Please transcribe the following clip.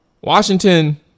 Washington